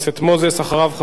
אחריו, חבר הכנסת